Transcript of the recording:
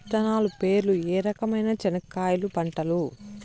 విత్తనాలు పేర్లు ఏ రకమైన చెనక్కాయలు పంటలు?